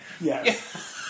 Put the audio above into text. Yes